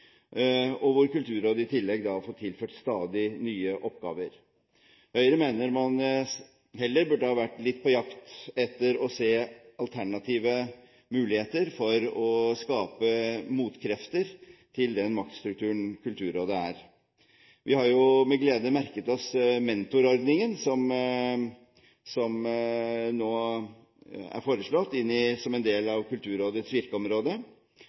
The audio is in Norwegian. og hvor Kulturrådet i tillegg har fått tilført stadig nye oppgaver. Høyre mener man heller burde vært litt på jakt etter å se alternative muligheter for å skape motkrefter til den maktstrukturen Kulturrådet har. Vi har med glede merket oss mentorordningen som nå er foreslått som en del av Kulturrådets virkeområde.